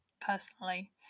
personally